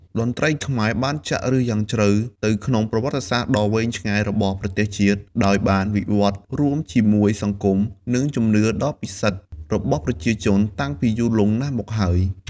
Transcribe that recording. តន្ត្រីខ្មែរបានចាក់ឫសយ៉ាងជ្រៅទៅក្នុងប្រវត្តិសាស្ត្រដ៏វែងឆ្ងាយរបស់ប្រទេសជាតិ ដោយបានវិវត្តន៍រួមជាមួយសង្គម និងជំនឿដ៏ពិសិដ្ឋរបស់ប្រជាជនតាំងពីយូរលង់ណាស់មកហើយ។